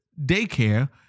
Daycare